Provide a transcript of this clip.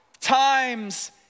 times